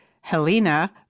Helena